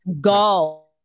go